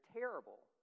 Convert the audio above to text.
terrible